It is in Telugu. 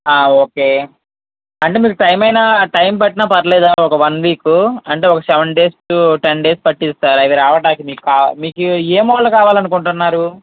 ఓకే అంటే మీకు టైమ్ అయినా టైమ్ పట్టినా పర్లేదా ఒక వన్ వీక్ అంటే ఒక సెవెన్ డేస్ టెన్ డేస్ పడుతుంది సార్ అది రావడానికి మీకు మీకు ఏ మోడల్ కావాలి అనుకుంటున్నారు